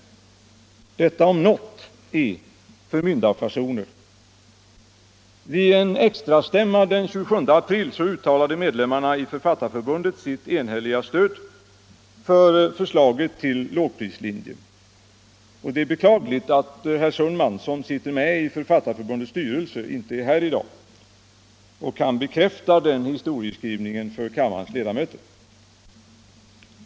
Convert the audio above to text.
Detta, om något, är förmyndarfasoner. Vid en extrastämma den 27 april uttalade medlemmarna i Författarförbundet sitt enhälliga stöd för förbundsstyrelsens förslag till lågprislinje. Det är beklagligt att herr Sundman, som sitter med i Författarförbundets styrelse, inte är här i dag och kan bekäfta denna historieskrivning för kammarens ledamöter.